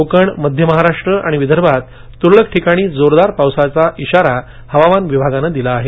कोकण मध्य महाराष्ट्र आणि विदर्भात तुरळक ठिकाणी जोरदार पावसाचा इशारा हवामान विभागानं दिला आहे